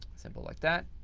simple like that.